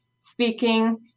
speaking